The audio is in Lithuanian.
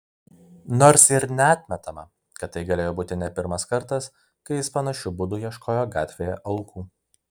nors ir neatmetama kad tai galėjo būti ne pirmas kartas kai jis panašiu būdu ieškojo gatvėje aukų